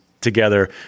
together